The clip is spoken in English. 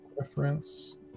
reference